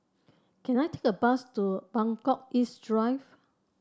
can I take a bus to Buangkok East Drive